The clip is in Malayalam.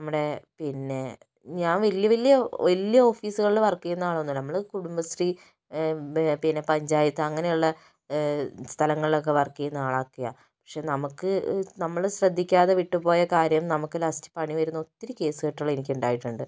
നമ്മുടെ പിന്നെ ഞാൻ വലിയ വലിയ വലിയ ഓഫീസുകളിൽ വർക്ക് ചെയ്യുന്ന ആളൊന്നുമല്ല നമ്മൾ കുടുംബശ്രീ പിന്നെ പഞ്ചായത്ത് അങ്ങനെയുള്ള സ്ഥലങ്ങളിലൊക്കെ വർക്ക് ചെയ്യുന്ന ആളൊക്കെയാണ് പക്ഷെ നമുക്ക് നമ്മൾ ശ്രദ്ധിക്കാതെ വിട്ട് പോയ കാര്യം നമുക്ക് ലാസ്റ്റ് പണി വരുന്ന ഒത്തിരി കേസ് കെട്ടുകൾ എനിക്കുണ്ടായിട്ടുണ്ട്